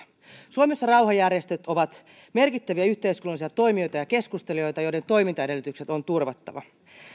suomessa rauhanjärjestöt ovat merkittäviä yhteiskunnallisia toimijoita ja keskustelijoita joiden toimintaedellytykset on turvattava